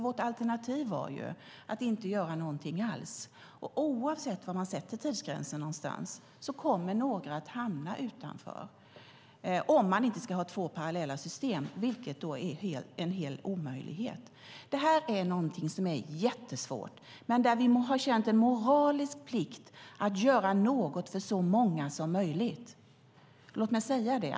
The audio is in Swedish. Vårt alternativ var ju att inte göra någonting alls. Oavsett var man sätter tidsgränsen kommer några att hamna utanför - om man inte ska ha två parallella system, vilket är en omöjlighet. Detta är någonting som är jättesvårt. Men vi har känt en moralisk plikt att göra något för så många som möjligt. Låt mig säga det.